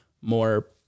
more